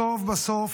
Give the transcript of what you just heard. בסוף בסוף,